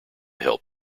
help